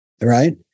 Right